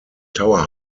tower